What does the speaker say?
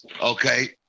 Okay